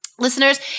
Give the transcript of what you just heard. Listeners